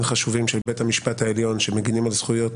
חשובים של בית המשפט העליון שמגינים על זכויות,